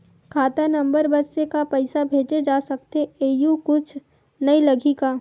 खाता नंबर बस से का पईसा भेजे जा सकथे एयू कुछ नई लगही का?